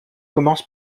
commence